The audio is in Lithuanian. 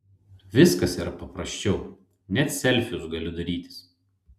viskas yra paprasčiau net selfius galiu darytis